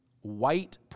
white